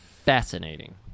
Fascinating